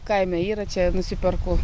kaime yra čia nusiperku